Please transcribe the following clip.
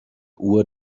uhr